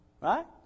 Right